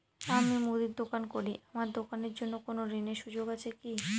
আমি মুদির দোকান করি আমার দোকানের জন্য কোন ঋণের সুযোগ আছে কি?